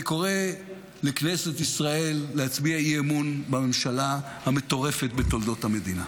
אני קורא לכנסת ישראל להצביע אי-אמון בממשלה המטורפת בתולדות המדינה.